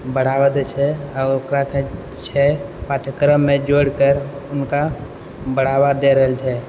बढ़ावा दै छै आओर ओकरा जे छै पाठ्यक्रममे जोड़िके हुनका बढ़ावा दै रहल छै